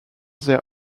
their